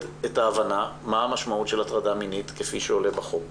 את ההבנה מה המשמעות של הטרדה מינית כפי שעולה בחוק.